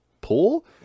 pull